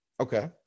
Okay